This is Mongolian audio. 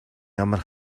ямар